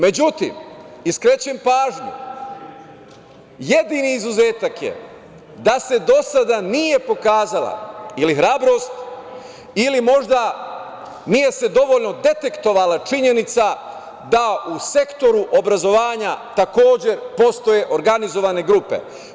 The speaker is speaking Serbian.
Međutim, skrećem pažnju, jedini izuzetak je da se do sada nije pokazala ili hrabrost ili možda nije se dovoljno detektovala činjenica da u sektoru obrazovanja takođe postoje organizovane grupe.